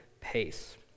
pace